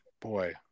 boy